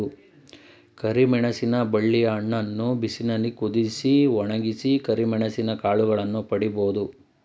ಕರಿಮೆಣಸಿನ ಬಳ್ಳಿಯ ಹಣ್ಣನ್ನು ಬಿಸಿಲಿನಲ್ಲಿ ಕುದಿಸಿ, ಒಣಗಿಸಿ ಕರಿಮೆಣಸಿನ ಕಾಳುಗಳನ್ನು ಪಡಿಬೋದು